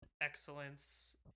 excellence